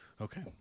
Okay